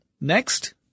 Next